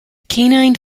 canine